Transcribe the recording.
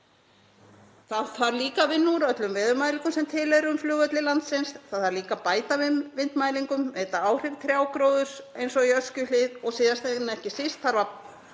Þá þarf líka að vinna úr öllum veðurmælingum sem til eru um flugvelli landsins. Það þarf líka að bæta við vindmælingum, meta áhrif trjágróðurs eins og í Öskjuhlíð og síðast en ekki síst þarf að